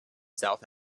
south